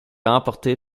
remportée